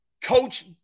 coach